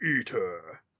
eater